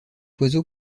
oiseau